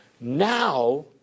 Now